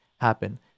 happen